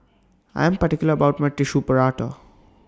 I Am particular about My Tissue Prata